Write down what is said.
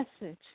message